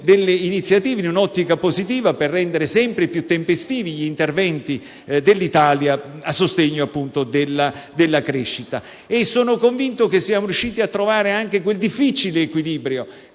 delle iniziative in un'ottica positiva, per rendere sempre più tempestivi gli interventi dell'Italia a sostegno, appunto, della crescita. Sono convinto che siamo riusciti a trovare anche quel difficile equilibrio